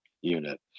unit